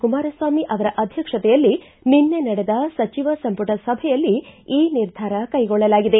ಕುಮಾರಸ್ವಾಮಿ ಅವರ ಅಧ್ಯಕ್ಷತೆಯಲ್ಲಿ ನಿನ್ನೆ ನಡೆದ ಸಚಿವ ಸಂಪುಟ ಸಭೆಯಲ್ಲಿ ಈ ನಿರ್ಧಾರ ಕೈಗೊಳ್ಳಲಾಗಿದೆ